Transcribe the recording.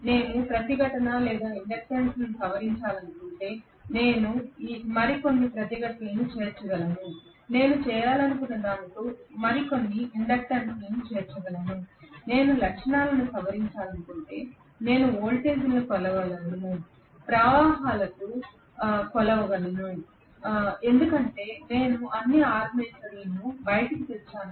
నేను ప్రతిఘటన లేదా ఇండక్టెన్స్ను సవరించాలనుకుంటే నేను మరికొన్ని ప్రతిఘటనను చేర్చగలను నేను చేయాలనుకున్నదానితో మరికొన్ని ఇండక్టెన్స్ను చేర్చగలను నేను లక్షణాలను సవరించాలనుకుంటే నేను వోల్టేజ్లను కొలవగలను ప్రవాహాలను కొలవగలను ఎందుకంటే నేను అన్ని టెర్మినల్లను బయటకు తెచ్చాను